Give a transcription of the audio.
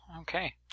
Okay